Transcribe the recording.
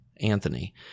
Anthony